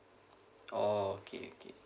oh okay okay